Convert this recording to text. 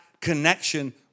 connection